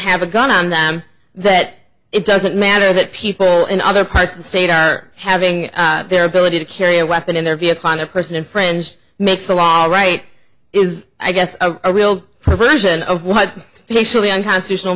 have a gun on them that it doesn't matter that people in other parts of the state having their ability to carry a weapon in their vehicle on their person and friend makes the law right is i guess a real perversion of what he actually unconstitutional